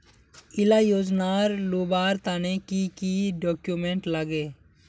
इला योजनार लुबार तने की की डॉक्यूमेंट लगे?